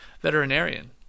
veterinarian